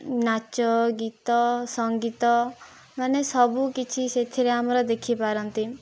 ନାଚ ଗୀତ ସଙ୍ଗୀତ ମାନେ ସବୁ କିଛି ସେଥିରେ ଆମର ଦେଖିପାରନ୍ତି